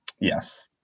Yes